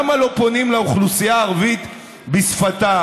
למה לא פונים לאוכלוסייה הערבית בשפתה,